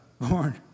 born